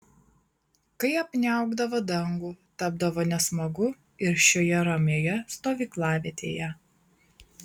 kai apniaukdavo dangų tapdavo nesmagu ir šioje ramioje stovyklavietėje